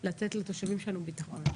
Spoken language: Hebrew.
לתת לתושבים שלנו ביטחון.